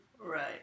Right